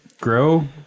grow